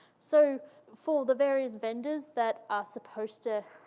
so for the various vendors that are supposed to